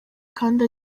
kandi